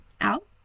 out